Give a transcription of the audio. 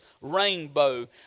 Rainbow